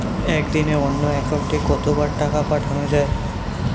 একদিনে অন্য একাউন্টে কত বার টাকা পাঠানো য়ায়?